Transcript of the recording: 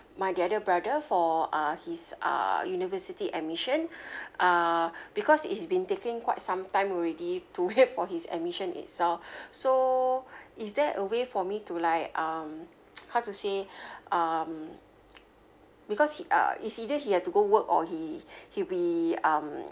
my the other brother for uh his uh university admission uh because it's been taking quite some time already to wait for his admission itself so is there a way for me to like um how to say um because uh is either he have to go work or he he'll be um